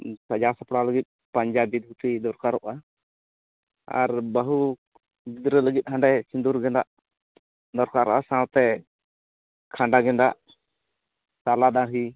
ᱥᱟᱡᱟᱣ ᱥᱟᱯᱲᱟᱣ ᱞᱟᱹᱜᱤᱫ ᱯᱟᱧᱡᱟᱵᱤ ᱫᱷᱩᱛᱤ ᱫᱚᱨᱠᱟᱨᱚᱜᱼᱟ ᱟᱨ ᱵᱟᱹᱦᱩ ᱜᱤᱫᱽᱨᱟᱹ ᱞᱟᱹᱜᱤᱫ ᱦᱟᱸᱰᱮ ᱥᱤᱫᱩᱨ ᱜᱮᱫᱟᱜ ᱫᱚᱨᱠᱟᱨᱚᱜᱼᱟ ᱥᱟᱶᱛᱮ ᱠᱷᱟᱸᱰᱟ ᱜᱮᱫᱟᱜ ᱥᱟᱞᱟ ᱫᱟᱹᱲᱦᱤ